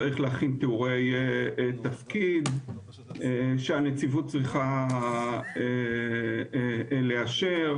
צריך להכין תיאורי תפקיד שהנציבות צריכה לאשר.